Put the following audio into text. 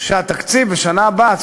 שהתקציב בשנה הבאה,